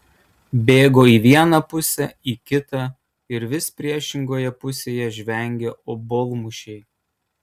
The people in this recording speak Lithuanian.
bėgo į vieną pusę į kitą ir vis priešingoje pusėje žvengė obuolmušiai